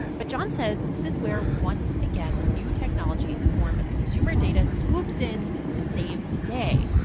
but john says this is where, once again, new technology in the form of consumer data swoops in to save the day.